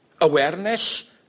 awareness